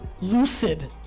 lucid